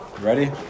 Ready